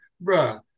Bro